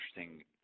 interesting